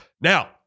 Now